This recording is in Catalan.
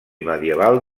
medieval